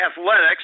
athletics